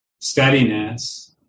steadiness